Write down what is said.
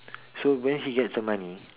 so where he gets the money